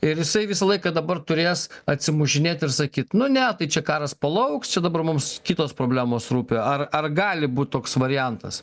ir jisai visą laiką dabar turės atsimušinėt ir sakyt nu ne tai čia karas palauks čia dabar mums kitos problemos rūpi ar ar gali būt toks variantas